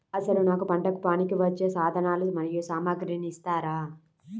అసలు నాకు పంటకు పనికివచ్చే సాధనాలు మరియు సామగ్రిని ఇస్తారా?